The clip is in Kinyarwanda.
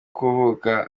kuvuka